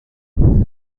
نقاشی